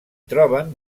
troben